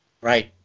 right